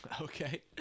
Okay